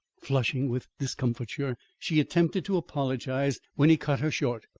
flushing with discomfiture, she attempted to apologise, when he cut her short.